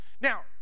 Now